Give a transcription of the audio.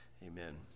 Amen